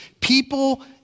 People